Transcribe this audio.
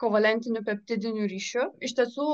kovalentiniu peptidiniu ryšiu iš tiesų